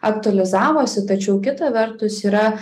aktualizavosi tačiau kita vertus yra